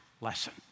lesson